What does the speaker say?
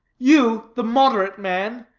you, the moderate man,